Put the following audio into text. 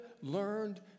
learned